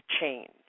change